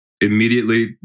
Immediately